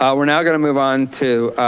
ah we're now gonna move on to